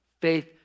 Faith